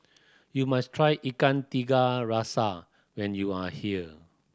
you must try Ikan Tiga Rasa when you are here